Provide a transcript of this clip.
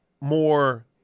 more